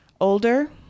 Older